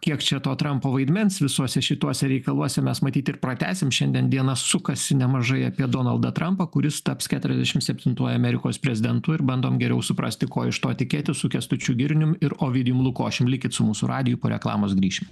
kiek čia to trampo vaidmens visuose šituose reikaluose mes matyt ir pratęsim šiandien diena sukasi nemažai apie donaldą trampą kuris taps keturiasdešim septintuoju amerikos prezidentu ir bandom geriau suprasti ko iš to tikėtis su kęstučiu girnium ir ovidijum lukošium likit su mūsų radiju po reklamos grįšim